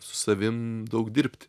su savim daug dirbt